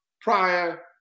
prior